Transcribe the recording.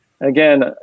Again